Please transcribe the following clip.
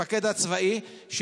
יאיר לפיד הצמיד את החוק שלו.